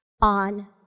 on